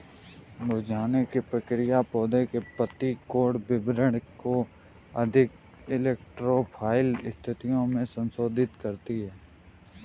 मुरझाने की प्रक्रिया पौधे के पत्ती कोण वितरण को अधिक इलेक्ट्रो फाइल स्थितियो में संशोधित करती है